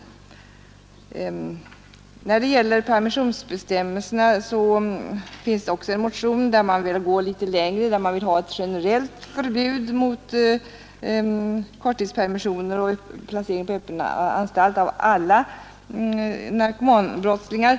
Vad beträffar permissionsbestämmelserna finns det också en motion, där man vill gå litet längre och vill ha ett generellt förbud mot korttidspermissioner och placering på öppen anstalt av alla narkotikabrottslingar.